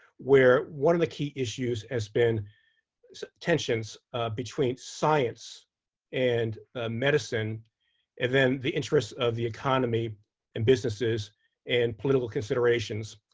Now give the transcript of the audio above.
where one of the key issues has been tensions between science and medicine and then the interests of the economy and businesses and political considerations.